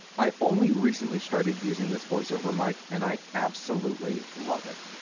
i only recently started using this voice-over mic, and i absolutely love it.